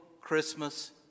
Christmas